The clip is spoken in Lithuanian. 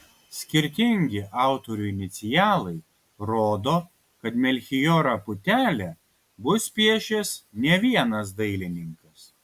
skirtingi autorių inicialai rodo kad melchijorą putelę bus piešęs ne vienas dailininkas